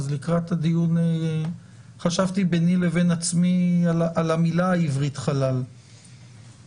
לקראת הדיון חשבתי ביני לבין עצמי על המילה העברית חלל וכמובן